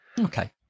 Okay